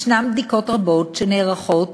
בדיקות רבות נערכות